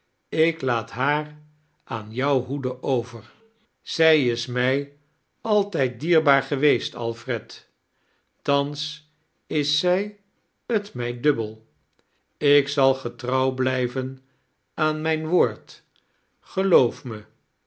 ik laait haar aain joa hoede aver zij is mij altijd dierbaar geweet alfred thans is zij t mij dubbel ik zal getrouw blijven aan mijn woord geloof me